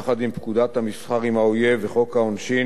יחד עם פקודת המסחר עם האויב וחוק העונשין,